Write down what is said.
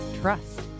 trust